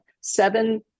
seven